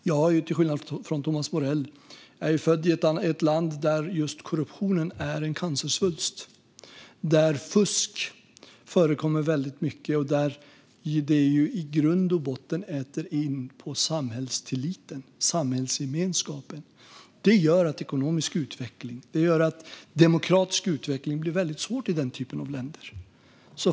Jag är till skillnad från Thomas Morell född i ett land där korruptionen är en cancersvulst, där fusk förekommer väldigt ofta och där detta i grund och botten äter på samhällstilliten och samhällsgemenskapen. Det gör att ekonomisk och demokratisk utveckling blir svårt i den typen av länder.